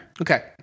Okay